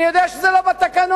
אני יודע שזה לא בתקנון,